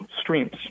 streams